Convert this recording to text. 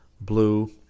blue